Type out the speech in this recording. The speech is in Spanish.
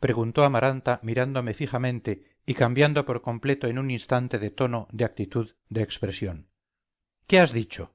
preguntó amaranta mirándome fijamente y cambiando por completo en un instante de tono de actitud de expresión qué has dicho